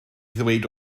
ddweud